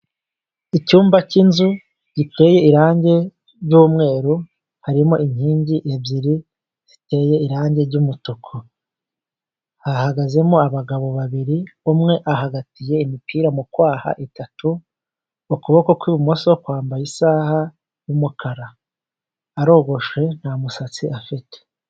Icyumba cy'inzu giteye irangi ry'umweru, harimo inkingi ebyiri ziteye irangi ry'umutuku, hahagazemo abagabo babiri umwe ahagatiye imipira mu kwaha itatu, ukuboko kw'ibumoso kwambaye isaha y'umukara, arogoshe nta musatsi afite.